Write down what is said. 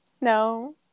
No